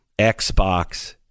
Xbox